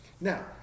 Now